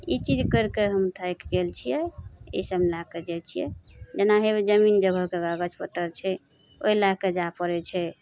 ई चीज करिके हम थाकि गेल छिए ईसब लैके जाए छिए जेना हेबे जमीन जगहके कागज पत्तर छै ओहि लैके जाए पड़ै छै